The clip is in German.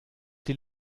die